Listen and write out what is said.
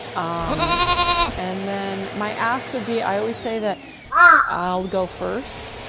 um and then my ask would be i always say that i'll go first.